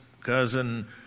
cousin